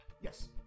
Yes